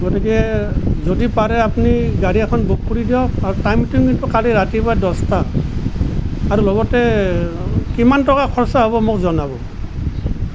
গতিকে যদি পাৰে আপুনি গাড়ী এখন বুক কৰি দিয়ক আৰু টাইমটো কিন্তু কালি ৰাতিপুৱা দহটা আৰু লগতে কিমান টকা খৰচা হ'ব মোক জনাব